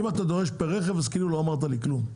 אם אתה דורש פר רכב, כאילו לא אמרת לי כלום.